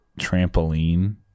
trampoline